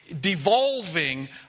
devolving